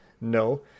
No